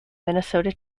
minnesota